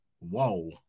whoa